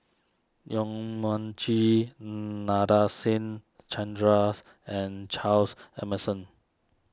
Yong Mun Chee Nadasen Chandras and Charles Emmerson